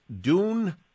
Dune